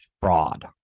fraud